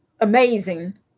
amazing